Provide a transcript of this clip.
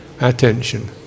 attention